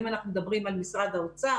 אם אנחנו מדברים על משרד האוצר,